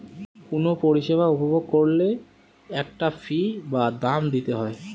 কুনো পরিষেবা উপভোগ কোরলে একটা ফী বা দাম দিতে হই